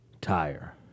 tire